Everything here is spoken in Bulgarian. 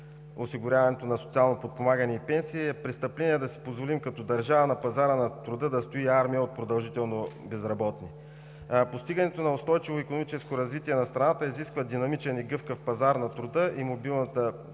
осигуряването на социално подпомагане и пенсия. Престъпление е да си позволим като държава на пазара на труда да стои армия от продължително безработни. Постигането на устойчиво икономическо развитие на страната изисква динамичен и гъвкав пазар на труда и мобилност